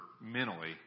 mentally